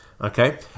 Okay